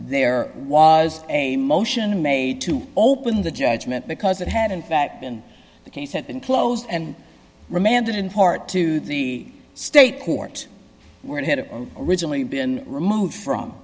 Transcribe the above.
there was a motion made to open the judgment because it had in fact been the case had been closed and remanded in part to the state court were had a recently been removed from